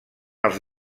els